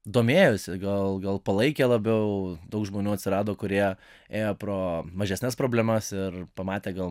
domėjosi gal gal palaikė labiau daug žmonių atsirado kurie ėjo pro mažesnes problemas ir pamatė gal